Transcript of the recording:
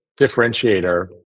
differentiator